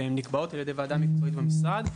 שנקבעות על ידי ועדה מקצועית במשרד.